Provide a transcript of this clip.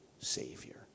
Savior